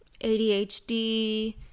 ADHD